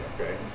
okay